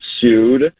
sued